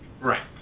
Right